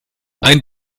ein